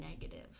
negative